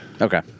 Okay